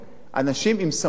אנשים עם סמכויות,